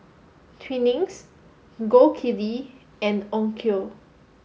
Twinings Gold Kili and Onkyo